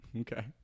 Okay